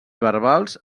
verbals